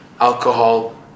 alcohol